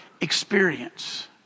experience